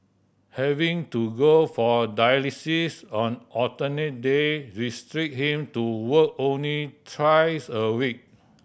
having to go for dialysis on alternate day restrict him to work only thrice a week